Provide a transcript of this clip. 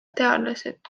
teadlased